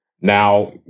Now